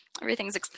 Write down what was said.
Everything's